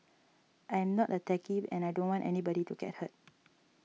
I am not a techie and I don't want anybody to get hurt